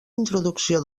introducció